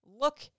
look